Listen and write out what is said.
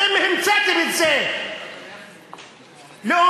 אתם המצאתם את זה, לאומנים.